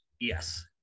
yes